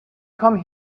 come